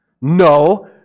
No